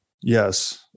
Yes